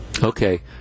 Okay